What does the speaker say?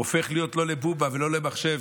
הוא הופך להיות לא לבובה ולא למחשב,